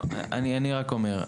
אני רק אומר,